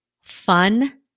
fun